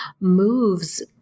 moves